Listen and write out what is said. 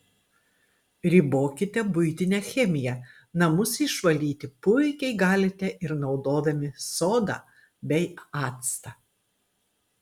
ribokite buitinę chemiją namus išvalyti puikiai galite ir naudodami sodą bei actą